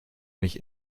mich